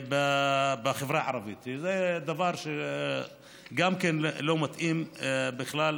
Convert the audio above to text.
בחברה הערבית, זה דבר שגם כן לא מתאים בכלל